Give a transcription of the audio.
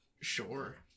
Sure